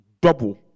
double